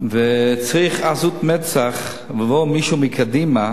וצריך עזות מצח שיבוא מישהו מקדימה